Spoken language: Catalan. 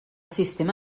sistema